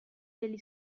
degli